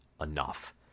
enough